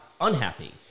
unhappy